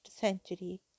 century